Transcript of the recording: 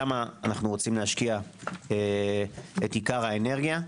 שם אנו רוצים להשקיע את עיקר האנרגיה.